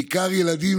בעיקר ילדים,